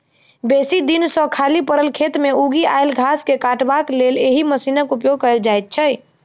बेसी दिन सॅ खाली पड़ल खेत मे उगि आयल घास के काटबाक लेल एहि मशीनक उपयोग कयल जाइत छै